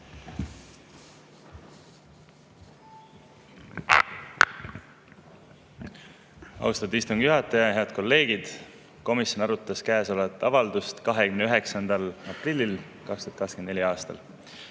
Austatud istungi juhataja! Head kolleegid! Komisjon arutas käesolevat avaldust 29. aprillil 2024. aastal.